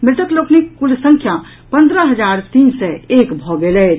मृतक लोकनिक कुल संख्या पन्द्रह हजार तीन सय एक भऽ गेल अछि